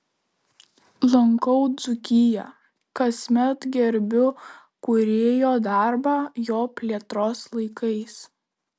lankau dzūkiją kasmet gerbiu kūrėjo darbą jo plėtros laikais